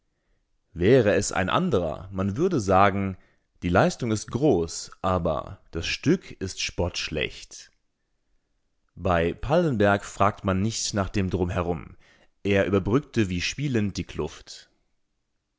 wäre es ein anderer man würde sagen die leistung ist groß aber das stück ist spottschlecht bei pallenberg fragte man nicht nach dem drumherum er überbrückte wie spielend die kluft